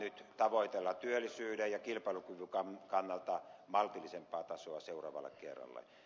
nyt tavoitellaan työllisyyden ja kilpailukyvyn kannalta maltillisempaa tasoa seuraavalle kerralle